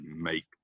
make